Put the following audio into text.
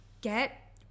Get